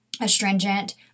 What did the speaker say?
Astringent